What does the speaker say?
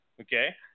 Okay